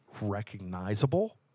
recognizable